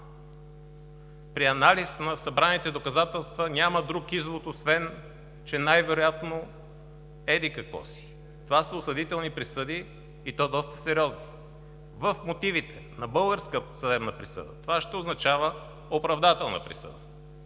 „при анализ на събраните доказателства няма друг извод, освен че най-вероятно еди-какво си“. Това са осъдителни присъди, и то доста сериозни. В мотивите на българска съдебна присъда това ще означава оправдателна присъда.